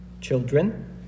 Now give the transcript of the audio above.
children